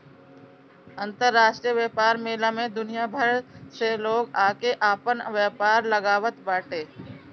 अंतरराष्ट्रीय व्यापार मेला में दुनिया भर से लोग आके आपन व्यापार लगावत बाटे